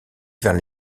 vers